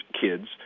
kids